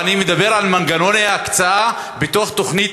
אני מדבר על מנגנוני הקצאה בתוך תוכנית